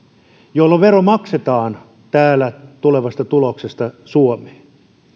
jolloin vero maksetaan täällä tulevasta tuloksesta suomeen